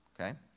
okay